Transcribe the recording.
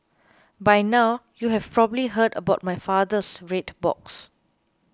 by now you have probably heard about my father's red box